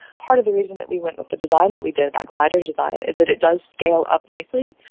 part of the reason that we went with the design that we did, that glider design, is that it does scale up nicely.